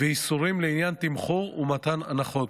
ואיסורים לעניין תמחור ומתן הנחות,